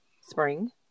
spring